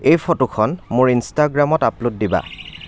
এই ফটোখন মোৰ ইনষ্ট্ৰাগ্ৰামত আপলোড দিবা